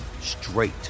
straight